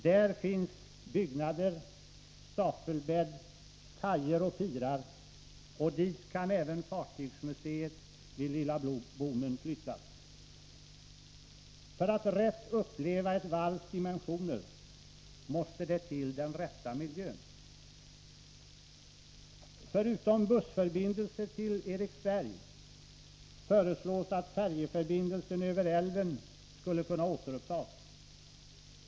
Där finns byggnader, stapelbädd, kajer och pirar, och dit kan även fartygsmuseet vid Lilla Bommen flyttas. För att rätt uppleva ett varvs dimensioner måste det till den rätta miljön. Förutom bussförbindelse till Eriksberg föreslås att färjeförbindelsen över älven återupptas.